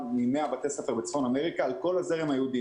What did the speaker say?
מ-100 בתי ספר בצפון אמריקה בכל הזרם היהודי,